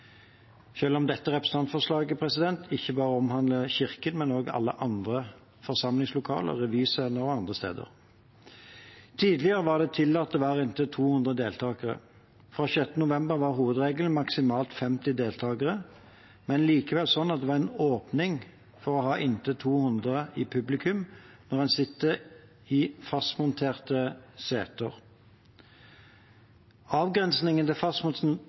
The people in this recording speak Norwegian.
om dette representantforslaget ikke bare omhandler kirker, men også alle andre forsamlingslokaler, revyscener og andre steder. Tidligere var det tillatt å være inntil 200 deltakere. Fra 6. november var hovedregelen maksimalt 50 deltakere, men likevel slik at det var en åpning for å ha inntil 200 når publikum satt i fastmonterte seter. Avgrensningen til